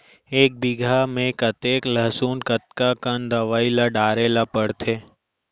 एक बीघा में कतेक लहसुन कतका कन दवई ल डाले ल पड़थे?